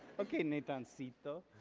okay natencito